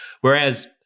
Whereas